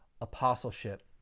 apostleship